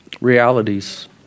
realities